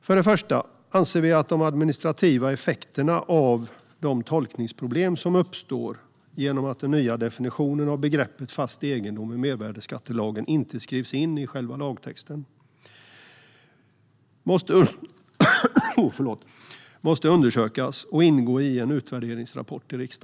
För det första anser vi att de administrativa effekterna av de tolkningsproblem som uppstår genom att den nya definitionen av begreppet fast egendom i mervärdesskattelagen inte skrivs in i lagtexten måste undersökas och ingå i en utvärderingsrapport till riksdagen.